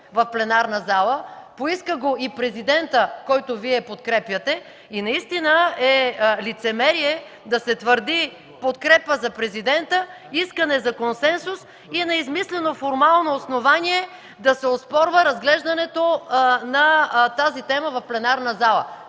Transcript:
в пленарната зала, поиска го и Президентът, който Вие подкрепяте, и наистина е лицемерие да се твърди подкрепа за президента, искане за консенсус и на измислено формално основание да се оспорва разглеждането на тази тема в пленарната зала.